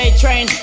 train